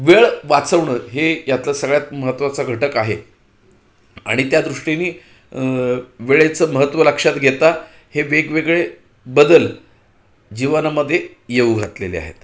वेळ वाचवणं हे यातलं सगळ्यात महत्त्वाचा घटक आहे आणि त्या दृष्टीने वेळेचं महत्त्व लक्षात घेता हे वेगवेगळे बदल जीवनामध्ये येऊ घातलेले आहेत